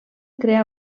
crear